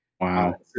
Wow